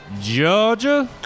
Georgia